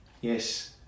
yes